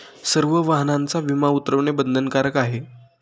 सर्व वाहनांचा विमा उतरवणे बंधनकारक आहे